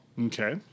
Okay